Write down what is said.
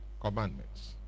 commandments